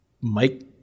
Mike